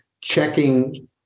checking